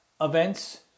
events